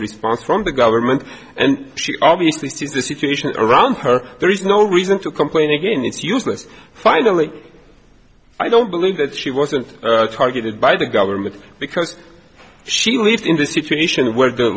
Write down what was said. response from the government and she obviously sees the situation around her there is no reason to complain again it's useless finally i don't believe that she wasn't targeted by the government because she believed in the situation where the